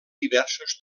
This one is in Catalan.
diversos